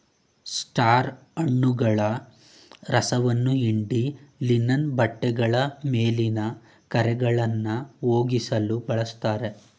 star ಹಣ್ಣುಗಳ ರಸವನ್ನ ಹಿಂಡಿ ಲಿನನ್ ಬಟ್ಟೆಗಳ ಮೇಲಿನ ಕರೆಗಳನ್ನಾ ಹೋಗ್ಸಲು ಬಳುಸ್ತಾರೆ